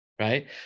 right